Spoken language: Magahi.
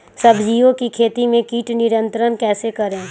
सब्जियों की खेती में कीट नियंत्रण कैसे करें?